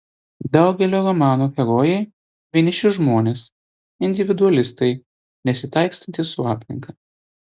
daugelio romanų herojai vieniši žmonės individualistai nesitaikstantys su aplinka